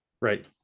right